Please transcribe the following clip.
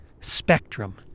spectrum